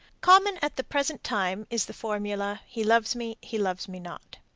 common at the present time is the formula he loves me, he loves me not.